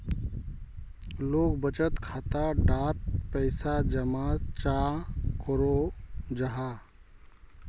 लोग बचत खाता डात पैसा जमा चाँ करो जाहा?